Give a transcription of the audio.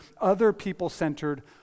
other-people-centered